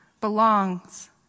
belongs